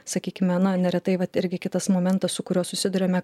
sakykime na neretai vat irgi kitas momentas su kuriuo susiduriame